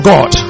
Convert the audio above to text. God